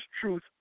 truth